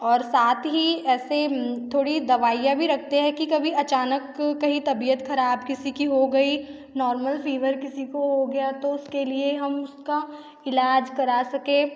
और साथ ही ऐसे थोड़ी दवाइयाँ भी रखते है कि अचानक कही तबियत ख़राब किसी की हो गई नॉर्मल फेवर किसी को हो गया तो उसके लिए हम उसका इलाज करा सके